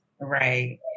Right